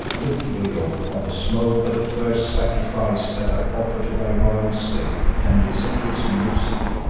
look leo on the smoke of the first sacrifice that i offer to thy royal state and listen to its music.